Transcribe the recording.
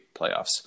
playoffs